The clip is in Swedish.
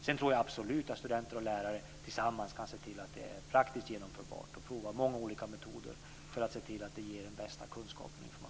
Sedan tror jag absolut att studenter och lärare tillsammans kan se till att det blir praktiskt genomförbart och prövar många olika metoder för att se till att det ger den bästa kunskapen och informationen.